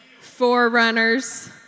forerunners